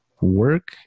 work